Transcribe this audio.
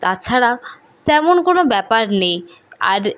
তাছাড়া তেমন কোনো ব্যাপার নেই আর